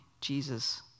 Jesus